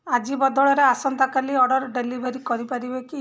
ଆଜି ବଦଳରେ ଆସନ୍ତା କାଲି ଅର୍ଡ଼ର୍ ଡ଼େଲିଭେରି କରିପାରିବେ କି